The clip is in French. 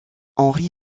henry